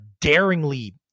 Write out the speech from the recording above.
daringly